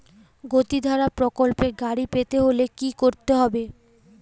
গতিধারা প্রকল্পে গাড়ি পেতে হলে কি করতে হবে?